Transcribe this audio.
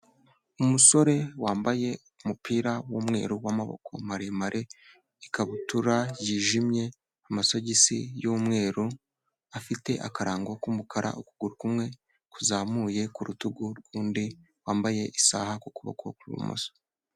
Umusore wambaye umupira w'umweru w'amaboko maremare, ikabutura yijimye, amasogisi y'umweru, afite akarango k'umukara, ukuguru kumwe kuzamuye ku rutugu rw'undi wambaye isaha ku kuboko kw'ibumoso.